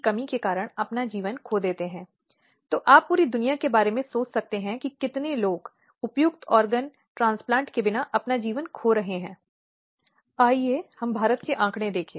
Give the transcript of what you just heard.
हम उन लैंगिक हिंसा के संबंध में चर्चा कर रहे हैं जो महिलाओं के खिलाफ परिवार के भीतर और बाहर भी साथ साथ होती हैं